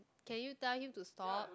can you tell him to stop